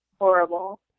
horrible